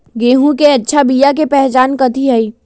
गेंहू के अच्छा बिया के पहचान कथि हई?